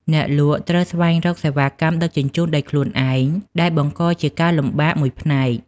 អ្នកលក់ត្រូវស្វែងរកសេវាកម្មដឹកជញ្ជូនដោយខ្លួនឯង ដែលបង្កជាការលំបាកមួយផ្នែក។